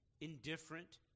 indifferent